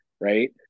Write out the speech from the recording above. right